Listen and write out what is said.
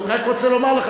אני רק רוצה לומר לך,